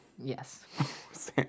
Yes